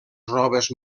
robes